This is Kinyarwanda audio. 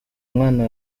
umwana